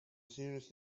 serious